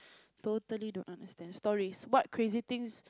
totally don't understand stories what crazy things